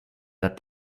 that